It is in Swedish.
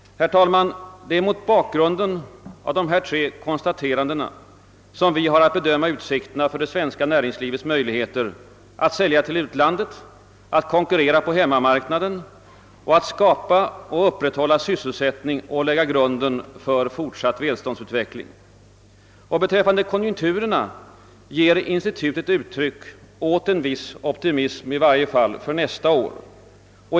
Herr talman! Det är mot bakgrunden av dessa tre konstateranden som vi har att bedöma utsikterna för det svenska näringslivet att sälja till utlandet, att konkurrera på hemmamarknaden och att skapa och upprätthålla sysselsättning och lägga grunden för fortsatt välståndsutveckling. Beträffande konjunkturerna ger institutet uttryck åt en viss optimism åtminstone för nästa år.